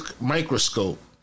microscope